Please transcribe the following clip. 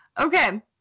Okay